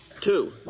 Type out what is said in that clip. Two